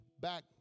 back